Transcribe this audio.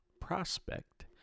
prospect